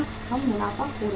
हम मुनाफा खो रहे होंगे